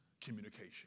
communication